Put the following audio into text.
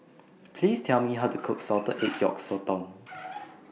Please Tell Me How to Cook Salted Egg Yolk Sotong